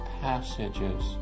passages